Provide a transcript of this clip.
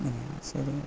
എന്നാൽ ശരി ഓക്കെ